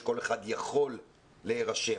שכל אחד יכול להירשם,